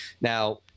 now